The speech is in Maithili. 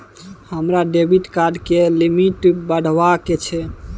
हमरा डेबिट कार्ड के लिमिट बढावा के छै